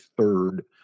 third